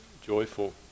joyful